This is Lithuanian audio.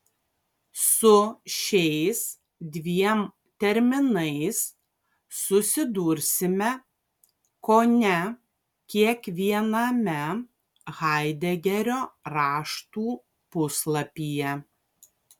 su šiais dviem terminais susidursime kone kiekviename haidegerio raštų puslapyje